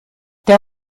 der